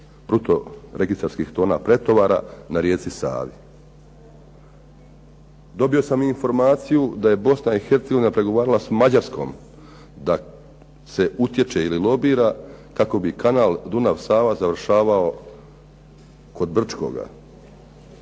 bruto registarskih tona pretovara na rijeci Savi. Dobio sam i informaciju da je Bosna i Hercegovina pregovarala s Mađarskom da se utječe ili lobira, tako bi kanal Dunav-Sava završavao kod Brčkoga.